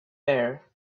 there